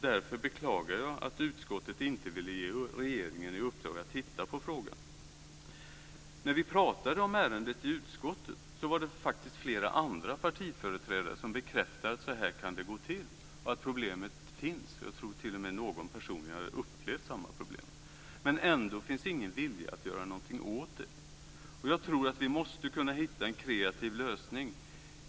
Därför beklagar jag att utskottet inte ville ge regeringen i uppdrag att titta på frågan. När vi talade om ärendet i utskottet var det flera andra partiföreträdare som bekräftade att det kunde gå till så. Jag tror t.o.m. någon person hade upplevt samma problem. Men ändå finns ingen vilja att göra någonting åt det. Jag tror att vi måste kunna hitta en kreativ lösning.